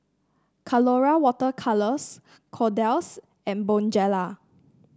Colora Water Colours Kordel's and Bonjela